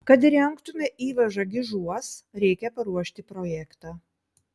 kad įrengtume įvažą gižuos reikia paruošti projektą